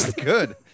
Good